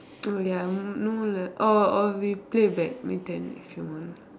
oh ya no leh oh oh we play badminton if you want